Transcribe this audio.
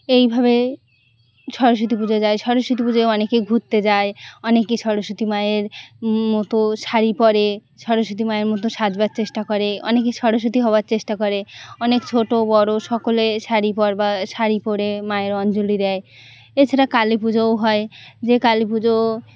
এইভাবে সরস্বতী পুজো যায় সরস্বতী পুজোয় অনেকে ঘুরতে যায় অনেকে সরস্বতী মায়ের মতো শাড়ি পরে সরস্বতী মায়ের মতো সাজবার চেষ্টা করে অনেকে সরস্বতী হওয়ার চেষ্টা করে অনেক ছোটো বড়ো সকলে শাড়ি পরবার শাড়ি পরে মায়ের অঞ্জলি দেয় এছাড়া কালী পুজোও হয় যে কালী পুজো